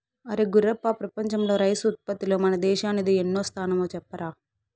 అరే గుర్రప్ప ప్రపంచంలో రైసు ఉత్పత్తిలో మన దేశానిది ఎన్నో స్థానమో చెప్పరా